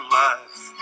life